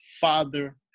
father